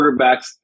quarterbacks